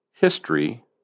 history